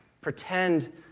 pretend